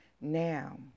Now